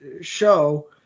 show